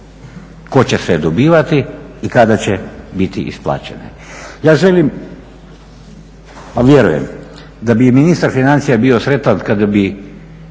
tko će sve dobivati i kada će biti isplaćene. Ja želim, a vjerujem da bi i ministar financija bio sretan kada bi